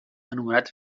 anomenat